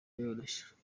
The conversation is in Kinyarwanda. yoroshye